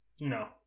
No